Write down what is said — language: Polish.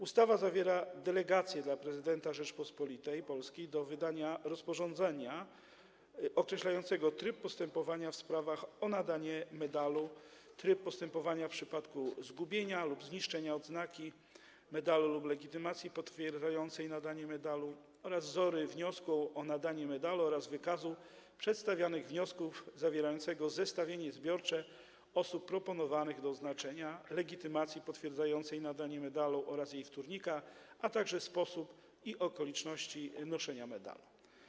Ustawa zawiera delegację dla prezydenta Rzeczypospolitej Polskiej do wydania rozporządzenia określającego tryb postępowania w sprawach o nadanie medalu, tryb postępowania w przypadku zgubienia lub zniszczenia odznaki medalu lub legitymacji potwierdzającej nadanie medalu, wzory wniosku o nadanie medalu oraz wykazu przedstawianych wniosków zawierającego zestawienie zbiorcze osób proponowanych do odznaczenia, legitymacji potwierdzającej nadanie medalu oraz jej wtórnika, a także sposób i okoliczności noszenia medalu.